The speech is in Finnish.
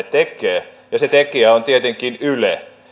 tekee ja se tekijä on tietenkin yle